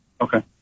okay